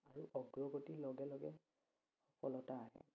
আৰু অগ্ৰগতিৰ লগে লগে সফলতা আহে